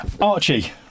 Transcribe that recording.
Archie